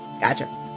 gotcha